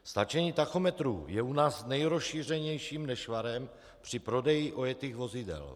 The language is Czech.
Stáčení tachometrů je u nás nejrozšířenějším nešvarem při prodeji ojetých vozidel.